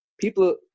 people